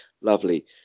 lovely